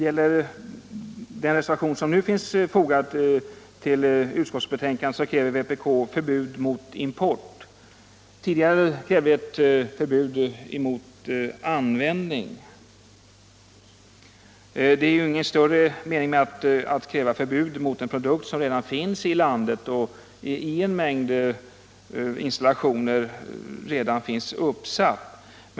I den reservation som nu finns fogad till utskottsbetänkandet kräver vpk förbud mot import. Tidigare krävde vi förbud mot användning, men det är ju ingen mening med att kräva förbud mot en produkt som redan finns I landet i en mängd installationer.